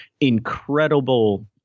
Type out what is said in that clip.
incredible